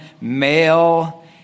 male